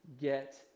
get